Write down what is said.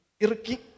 irki